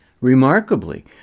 Remarkably